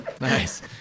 Nice